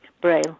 Braille